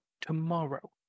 tomorrow